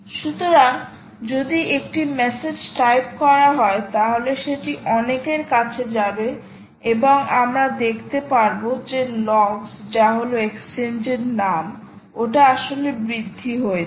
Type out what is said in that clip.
সুতরাং যদি একটি মেসেজ টাইপ করা হয় তাহলে সেটি অনেকের কাছে যাবে এবং আমরা দেখতে পারবো যে লগস যা হলো এক্সচেঞ্জ এর নাম ওটা আসলে বৃদ্ধি হচ্ছে